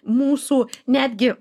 mūsų netgi